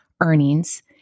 earnings